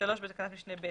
בתקנת משנה (ב),